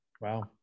Wow